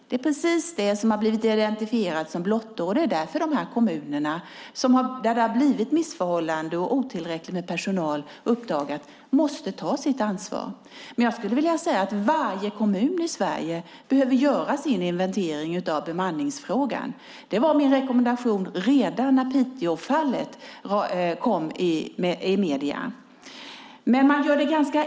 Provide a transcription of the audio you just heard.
Det är just det som blivit identifierat som blottor, och därför måste de kommuner där det uppstått missförhållanden och det uppdagats att det finns otillräckligt med personal ta sitt ansvar. Jag skulle vilja säga att det i varje kommun i Sverige behöver göras en inventering av bemanningsfrågan. Det var min rekommendation redan när Piteåfallet uppmärksammades i medierna.